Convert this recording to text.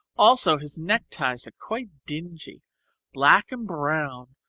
also his neckties are quite dingy black and brown,